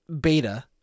beta